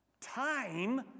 time